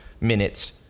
minutes